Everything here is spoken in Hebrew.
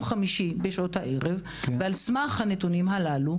חמישי בשעות הערב ועל סמך הנתונים הללו,